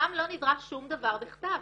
שם לא נדרש שום דבר בכתב.